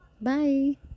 bye